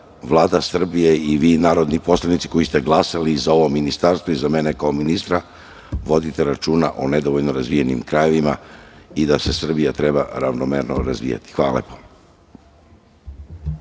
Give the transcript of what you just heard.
Vlada Srbije i vi narodni poslanici koji ste glasali za ovo ministarstvo i za mene kao ministra, vodite računa o nedovoljno razvijenim krajevima i da Srbija treba da se ravnomerno razvija. Hvala vam